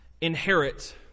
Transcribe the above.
inherit